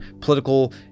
political